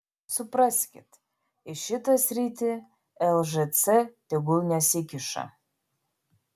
supraskit į šitą sritį lžc tegul nesikiša